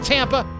Tampa